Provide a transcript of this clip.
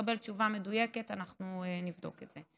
תקבל תשובה מדויקת, אנחנו נבדוק את זה.